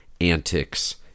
antics